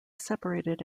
separated